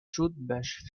toothbrush